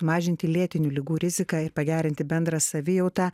mažinti lėtinių ligų riziką ir pagerinti bendrą savijautą